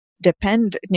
depend